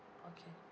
okay